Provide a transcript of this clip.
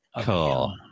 car